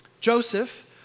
Joseph